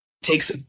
takes